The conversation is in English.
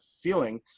feeling